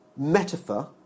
Metaphor